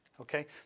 Okay